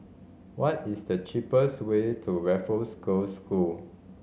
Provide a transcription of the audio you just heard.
what is the cheapest way to Raffles Girls' School